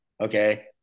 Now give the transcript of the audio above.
okay